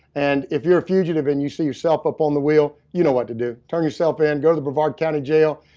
and if you're a fugitive and you see yourself up on the wheel, you know what to do. turn yourself in, go to the brevard county jail.